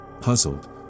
Puzzled